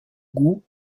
goût